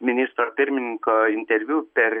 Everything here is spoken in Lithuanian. ministro pirmininko interviu per